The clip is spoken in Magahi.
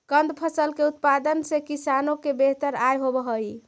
कंद फसल के उत्पादन से किसानों को बेहतर आय होवअ हई